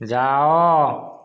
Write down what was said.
ଯାଅ